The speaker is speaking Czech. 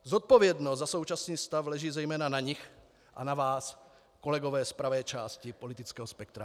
Zodpovědnost za současný stav leží zejména na nich a na vás, kolegové z pravé části politického spektra.